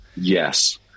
Yes